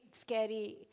scary